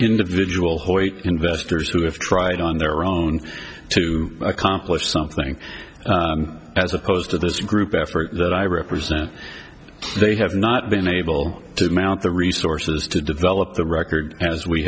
individual investors who have tried on their own to accomplish something as opposed to this group effort that i represent they have not been able to mount the resources to develop the record as we